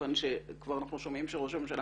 כיוון שאנחנו שומעים שראש הממשלה